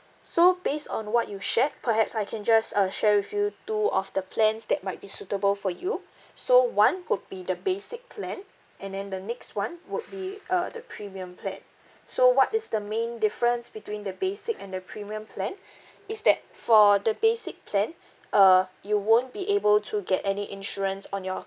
so based on what you shared perhaps I can just uh share with you two of the plans that might be suitable for you so one would be the basic plan and then the next one would be uh the premium plan so what is the main difference between the basic and the premium plan is that for the basic plan uh you won't be able to get any insurance on your